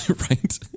Right